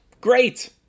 Great